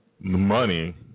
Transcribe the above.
money